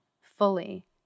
fully